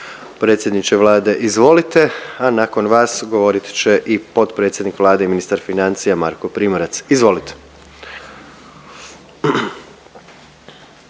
Predsjedniče Vlade izvolite, a nakon vas govorit će i potpredsjednik Vlade i ministar financija Marko Primorac. Izvolite.